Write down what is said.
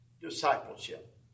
discipleship